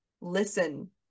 listen